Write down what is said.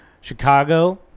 Chicago